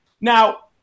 Now